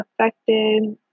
affected